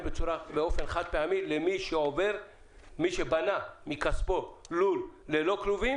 באופן חד פעמי למי שבנה מכספו לול ללא כלובים